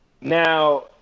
Now